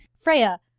freya